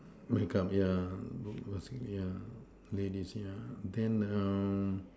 make up yeah yeah ladies yeah then